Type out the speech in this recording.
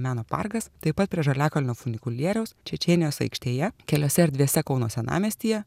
meno parkas taip pat prie žaliakalnio funikulieriaus čečėnijos aikštėje keliose erdvėse kauno senamiestyje